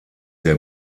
der